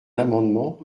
amendement